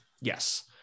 Yes